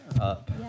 up